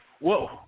whoa